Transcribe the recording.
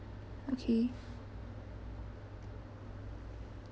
okay